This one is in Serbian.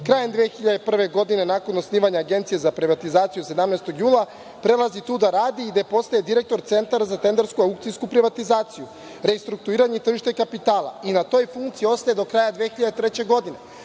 Krajem 2001. godine, nakon osnivanje Agencije za privatizaciju, 17. jula prelazi tu da radi, gde postaje direktor Centra za tendersku aukcijsku privatizaciju, restrukturiranje tržišta i kapitala i na toj funkciji ostaje do kraja 2003. godine,